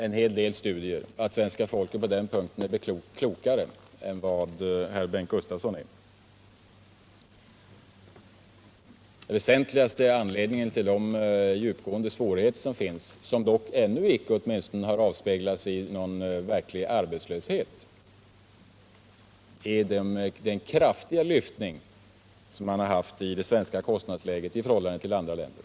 En hel del studier visar att svenska folket på den punkten är klokare än vad herr Bengt Gustavsson är. Den väsentligaste anledningen till de djupgående svårigheter som finns, men som inte — åtminstone inte ännu — har avspeglat sig i någon verklig arbetslöshet, är den kraftiga lyftningen av det svenska kostnadsläget i förhållande till andra länders.